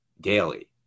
daily